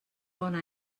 bona